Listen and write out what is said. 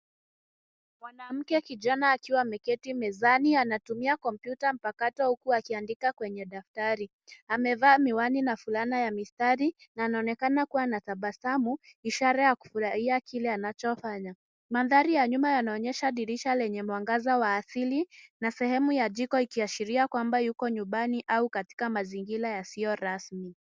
Mwanamke kijana ameketi mezani akiwa anatumia kompyuta mpakato huku akiandika kwenye daftari. Amevaa miwani na fulana ya mistari na anaonekana kuwa na tabasamu, ishara ya kufurahia kile anachofanya. Mandhari ya nyuma yanaonyesha dirisha lenye mwangaza wa asili na sehemu ya jiko ikiashiria yuko nyumbani au katika mazingira yasiyo rasmi.